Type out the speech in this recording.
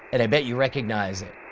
and i bet you recognize it.